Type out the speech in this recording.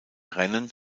rennen